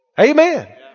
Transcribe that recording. Amen